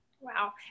Wow